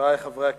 חברי חברי הכנסת,